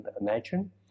imagine